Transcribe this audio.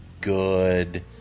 Good